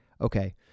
Okay